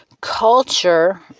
culture